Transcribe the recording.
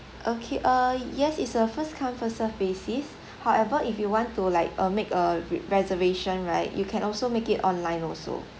okay err yes is a first come first served basis however if you want to like uh make a re~ reservation right you can also make it online also